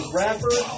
rapper